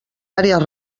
àrees